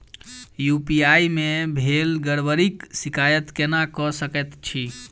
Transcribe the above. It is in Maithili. यु.पी.आई मे भेल गड़बड़ीक शिकायत केना कऽ सकैत छी?